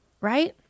Right